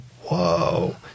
whoa